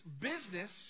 business